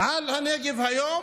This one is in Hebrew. על הנגב היום,